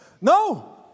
no